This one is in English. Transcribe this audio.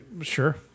Sure